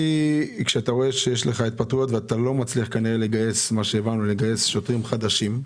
כשאתה רואה שיש לך התפטרויות ואתה כנראה לא מצליח לגייס שוטרים חדשים,